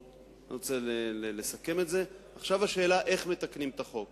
אני רוצה לסכם את זה: עכשיו השאלה היא איך מתקנים את החוק.